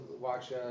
watch